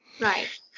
Right